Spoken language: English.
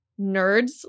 nerds